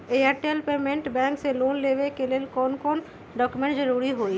Airtel payments bank से loan लेवे के ले कौन कौन डॉक्यूमेंट जरुरी होइ?